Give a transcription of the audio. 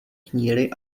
kníry